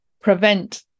prevent